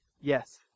Yes